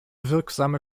wirksame